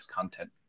content